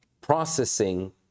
processing